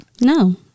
No